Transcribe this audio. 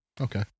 okay